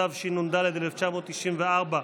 התשנ"ד 1994,